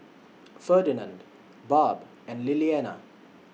Ferdinand Barb and Lilliana